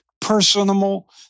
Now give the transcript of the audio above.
personal